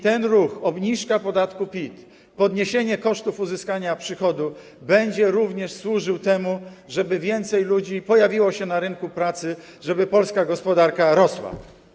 Ten ruch, czyli obniżka podatku PIT, podniesienie kosztów uzyskania przychodów, będzie również służył temu, żeby więcej ludzi pojawiło się na rynku pracy, żeby polska gospodarka rosła.